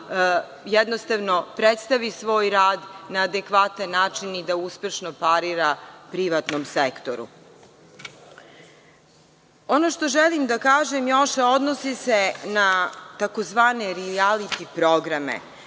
jednostavno predstavi svoj rad na adekvatan način i da uspešno parira privatnom sektoru. Ono što želim da kažem još odnosi se na tzv. rijaliti programe,